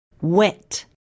Wet